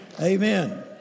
Amen